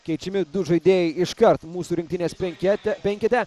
keičiami du žaidėjai iškart mūsų rinktinės penkete penkete